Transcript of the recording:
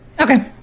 Okay